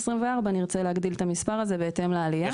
ונרצה להגדיל את המספר הזה בהתאם לעלייה.